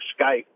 Skype